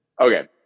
Okay